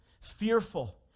fearful